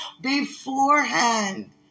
beforehand